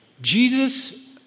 Jesus